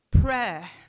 prayer